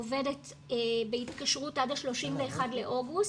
עובדת בהתקשרות עד ה-31 באוגוסט.